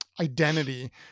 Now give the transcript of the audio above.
identity